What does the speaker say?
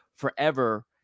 forever